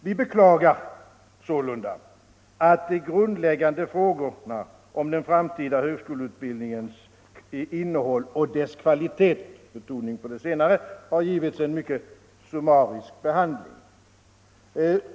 Vi beklagar sålunda att de grundläggande frågorna om den framtida högskoleutbildningens innehåll och kvalitet — med betoning på den senare — har givits en mycket summarisk behandling.